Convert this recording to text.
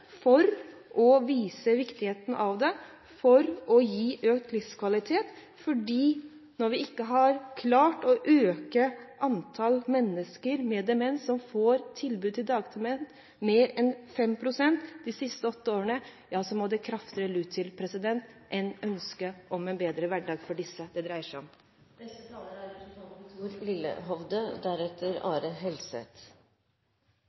for å vise hvor viktig det er for å gi økt livskvalitet til denne gruppen. Når vi i løpet av de siste åtte årene ikke har klart å øke dagtilbudet til demente med mer enn 5 pst., må det kraftigere lut til enn bare ønsket om en bedre hverdag for disse.